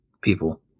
people